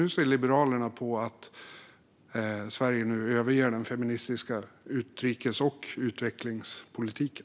Hur ser Liberalerna på att Sverige nu överger den feministiska utrikes och utvecklingspolitiken?